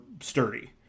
sturdy